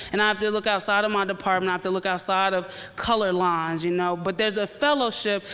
and i have to look outside of my department. i have to look outside of color lines. you know but there's a fellowship,